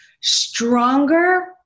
stronger